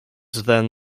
then